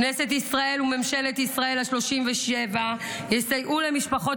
כנסת ישראל וממשלת ישראל השלושים-ושבע יסייעו למשפחות